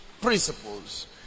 principles